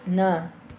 न